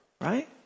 right